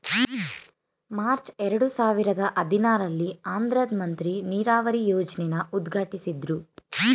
March ಎರಡು ಸಾವಿರದ ಹದಿನಾರಲ್ಲಿ ಆಂಧ್ರದ್ ಮಂತ್ರಿ ನೀರಾವರಿ ಯೋಜ್ನೆನ ಉದ್ಘಾಟ್ಟಿಸಿದ್ರು